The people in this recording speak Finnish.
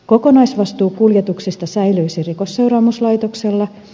kokonaisvastuu kuljetuksista säilyisi rikosseuraamuslaitoksella